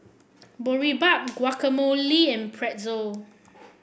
Boribap Guacamole and Pretzel